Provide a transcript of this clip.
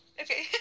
Okay